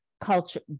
culture